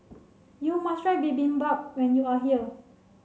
you must try Bibimbap when you are here